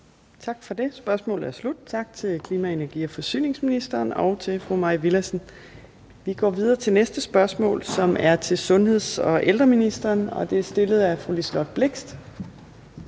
Tak for det. Spørgsmålet er slut. Tak til klima-, energi- og forsyningsministeren og til fru Mai Villadsen. Vi går videre til næste spørgsmål, som er til sundheds- og ældreministeren, og det er stillet af fru Liselott Blixt.